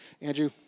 Andrew